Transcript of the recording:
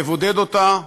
לבודד אותה,